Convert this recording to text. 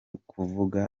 kuvuga